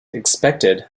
expected